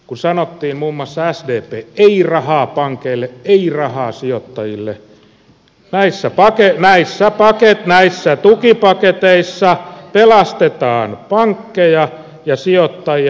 kun sanottiin muun muassa sdp ei rahaa pankeille ei rahaa sijoittajille näissä tukipaketeissa pelastetaan pankkeja ja sijoittajia